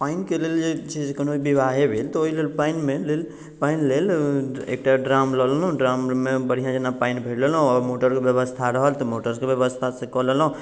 पानि के लेल जे चीज कोनो बिबाहे भेल तऽ ओहि लेल पानि मे लेल पानि लेल एकटा ड्राम लऽ लेलहुॅं ड्राम मे बढ़िऑं जेना पइन भइर लेलौं और मोटर के व्यवस्था रहल तऽ मोटर के व्यवस्था से कऽ लेलहुॅं